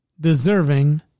deserving